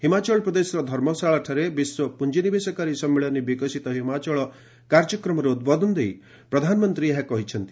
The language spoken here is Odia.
ହିମାଚଳ ପ୍ରଦେଶର ଧର୍ମଶାଳାଠାରେ 'ବିଶ୍ୱ ପୁଞ୍ଜିନିବେଶକାରୀ ସମ୍ମିଳନୀ ବିକଶିତ ହିମାଚଳ' କାର୍ଯ୍ୟକ୍ରମରେ ଉଦ୍ବୋଧନ ଦେଇ ପ୍ରଧାନମନ୍ତ୍ରୀ ଏହା କହିଛନ୍ତି